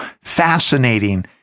fascinating